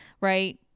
right